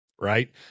Right